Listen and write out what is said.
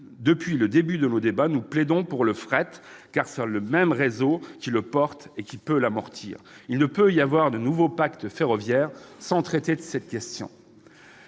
depuis le début de nos débats, nous plaidons pour le fret ferroviaire : c'est le même réseau qui le porte et qui peut l'amortir. Il ne peut y avoir de nouveau pacte ferroviaire sans que cette question